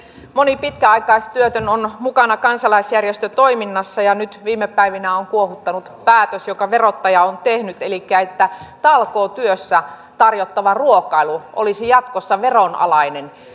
moni pitkäaikaistyötön on mukana kansalaisjärjestötoiminnassa ja nyt viime päivinä on kuohuttanut päätös jonka verottaja on tehnyt elikkä se että talkootyössä tarjottava ruokailu olisi jatkossa veronalaista